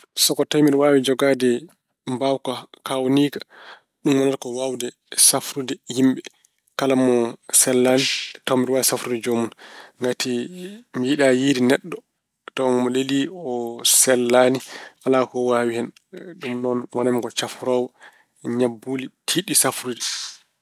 So ko tawi mbeɗa waawi jogaade mbaawka kaawniika, ɗum wonata ko waawde safrude yimɓe. Kala mo sellaani, tawa mbeɗa waawi safrude ɗum. Ngati mi yiɗaa yiyde neɗɗo tawa omo lelii, o sellaani, alaa ko waawi hen. Ɗum noon, ngonammi ko safroowo ñabbuuli tiiɗɗi safrude.